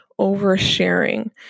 oversharing